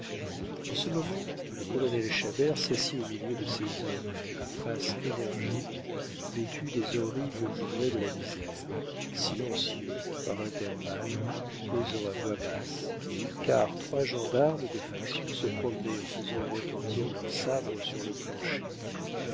en ce moment le colonel chabert s'assit au milieu de ces hommes à faces énergiques vêtus des horribles livrées de la misère silencieux par intervalles ou causant à voix basse car trois gendarmes de faction se promenaient en faisant retentir leurs sabres sur le plancher